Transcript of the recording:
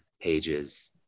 pages